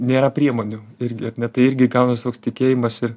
nėra priemonių irgi ar ne tai irgi gaunas toks tikėjimas ir